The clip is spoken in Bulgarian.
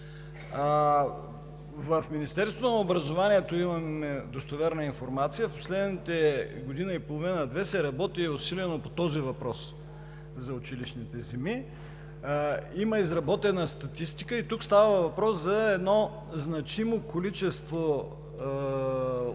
В Министерството на образованието, имам достоверна информация, в последните година и половина-две се работи усилено по въпроса за училищните земи, има изработена статистика, и тук става въпрос за значимо количество от случаи